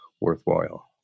worthwhile